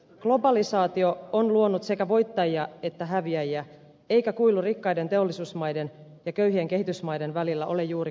globalisaatio on luonut sekä voittajia että häviäjiä eikä kuilu rikkaiden teollisuusmaiden ja köyhien kehitysmaiden välillä ole juuri kaventunut